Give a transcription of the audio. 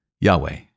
Yahweh